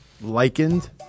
likened